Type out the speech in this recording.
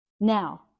Now